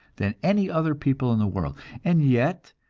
than any other people in the world and yet,